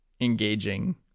engaging